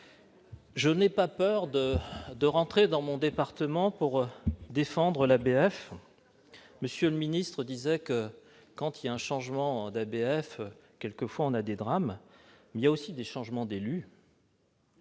je n'ai pas peur de rentrer dans mon département pour défendre l'ABF. M. le ministre disait que, lors d'un changement d'ABF, il y a quelquefois des drames ; mais il y a aussi des changements d'élus